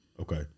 Okay